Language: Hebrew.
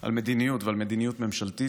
על מדיניות ממשלתית,